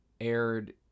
aired